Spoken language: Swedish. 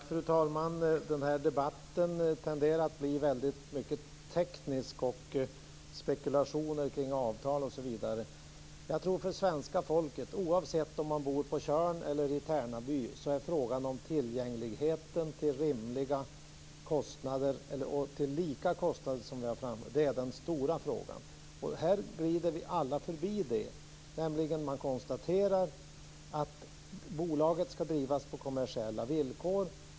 Fru talman! Den här debatten tenderar att bli teknisk och handla om spekulationer kring avtalet. Men för svenska folket, oavsett om man bor på Tjörn eller i Tärnaby, är tillgänglighet till lika kostnader den stora frågan. Vi glider alla förbi det. Man konstaterar att bolaget skall drivas på kommersiella villkor.